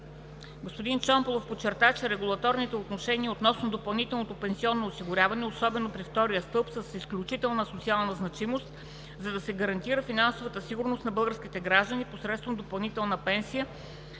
Господин Чомпалов подчерта, че регулаторните отношения относно допълнителното пенсионно осигуряване, особено при втория стълб, са с изключителна социална значимост, за да се гарантира финансова сигурност на българските граждани, посредством допълнителна пенсия